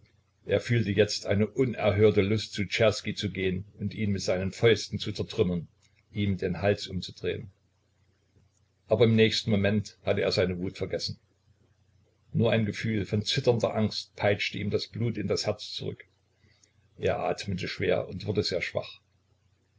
er fühlte jetzt eine unerhörte lust zu czerski zu gehen und ihn mit seinen fäusten zu zertrümmern ihm den hals umzudrehen aber im nächsten moment hatte er seine wut vergessen nur ein gefühl von zitternder angst peitschte ihm das blut in das herz zurück er atmete schwer und wurde sehr schwach